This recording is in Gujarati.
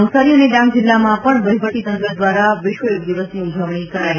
નવસારી અને ડાંગ જિલ્લામાં પણ વહીવટીતંત્ર દ્વારા વિશ્વયોગ દિવસની ઉજવણી કરાઈ